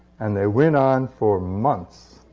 and they went on for months.